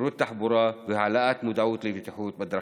שירות תחבורה והעלאת המודעות לבטיחות בדרכים.